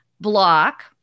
block